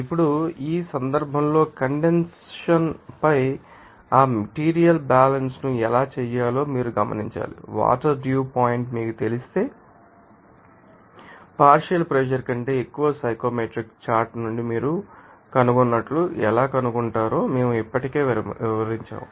ఇప్పుడు ఈ సందర్భంలో కండెన్సషన్ పై ఆ మెటీరియల్ బ్యాలన్స్ ను ఎలా చేయాలో మీరు గమనించాలి వాటర్ డ్యూ పాయింట్ మీకు తెలిస్తే పార్షియల్ ప్రెషర్ కంటే ఎక్కువ సైకోమెట్రిక్ చార్ట్ నుండి మీరు కనుగొన్నట్లు ఎలా కనుగొంటారో మేము ఇప్పటికే వివరించాము